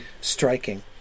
striking